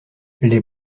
les